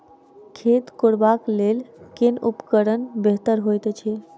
खेत कोरबाक लेल केँ उपकरण बेहतर होइत अछि?